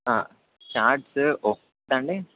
charts ఒకటండి